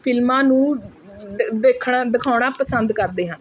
ਫਿਲਮਾਂ ਨੂੰ ਦੇਖਣਾ ਦਿਖਾਉਣਾ ਪਸੰਦ ਕਰਦੇ ਹਨ